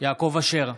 יעקב אשר,